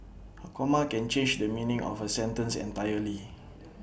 A comma can change the meaning of A sentence entirely